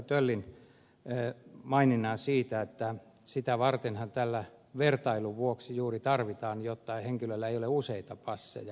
töllin maininnan siitä että sitä vartenhan tätä vertailun vuoksi juuri tarvitaan jotta henkilöllä ei ole useita passeja